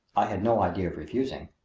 i had no idea of refusing,